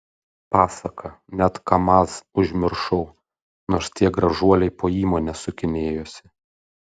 pasaka net kamaz užmiršau nors tie gražuoliai po įmonę sukinėjosi